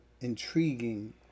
intriguing